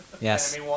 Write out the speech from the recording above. Yes